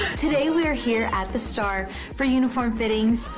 today we are here at the star for uniform fittings.